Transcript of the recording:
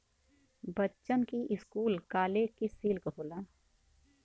बच्चन की स्कूल कालेग की सिल्क होला